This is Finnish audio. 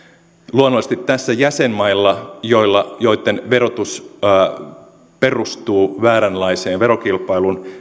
luonnollisesti tässä jäsenmailla joitten verotus perustuu vääränlaiseen verokilpailuun